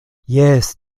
jes